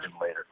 later